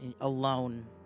alone